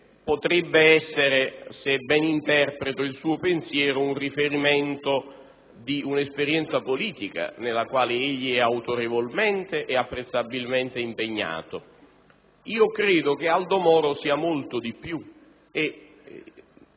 potrebbe essere, se ben interpreto il suo pensiero, un riferimento per l'esperienza politica nella quale egli è autorevolmente e apprezzabilmente impegnato. Io credo che Aldo Moro sia molto di più e